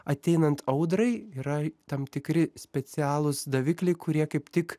ateinant audrai yra tam tikri specialūs davikliai kurie kaip tik